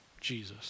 Jesus